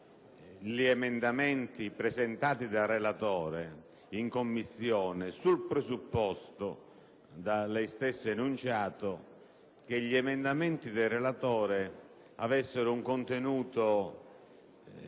gli emendamenti presentati dal relatore come basata sul presupposto, da lei stesso enunciato, che gli emendamenti del relatore avessero un contenuto